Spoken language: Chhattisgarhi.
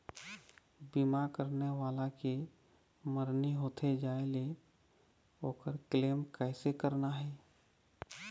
बीमा करने वाला के मरनी होथे जाय ले, ओकर क्लेम कैसे करना हे?